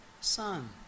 son